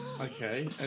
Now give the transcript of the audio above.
Okay